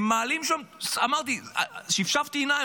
שפשפתי עיניים,